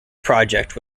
project